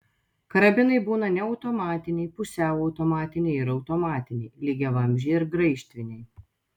karabinai būna neautomatiniai pusiau automatiniai ir automatiniai lygiavamzdžiai ir graižtviniai